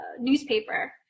newspaper